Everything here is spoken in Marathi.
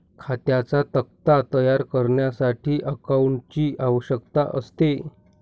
खात्यांचा तक्ता तयार करण्यासाठी अकाउंटंटची आवश्यकता असते